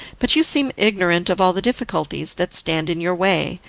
but you seem ignorant of all the difficulties that stand in your way,